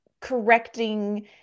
correcting